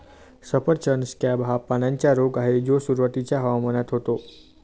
सफरचंद स्कॅब हा पानांचा रोग आहे जो सुरुवातीच्या हवामानात होतो